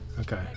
Okay